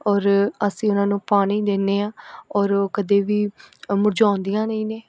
ਔਰ ਅਸੀਂ ਉਹਨਾਂ ਨੂੰ ਪਾਣੀ ਦਿੰਦੇ ਹਾਂ ਔਰ ਉਹ ਕਦੇ ਵੀ ਮੁਰਝਾਉਂਦੀਆਂ ਨਹੀਂ ਨੇ